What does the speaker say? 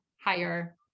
higher